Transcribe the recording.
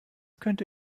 könnte